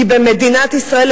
כי במדינת ישראל,